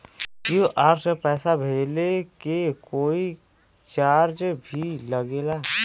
QR से पैसा भेजला के कोई चार्ज भी लागेला?